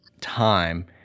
time